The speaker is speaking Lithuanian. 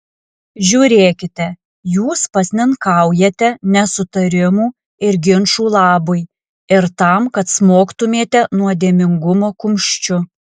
žiūrėkite jūs pasninkaujate nesutarimų ir ginčų labui ir tam kad smogtumėte nuodėmingumo kumščiu